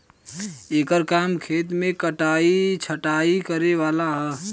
एकर काम खेत मे कटाइ छटाइ करे वाला ह